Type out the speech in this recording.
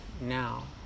now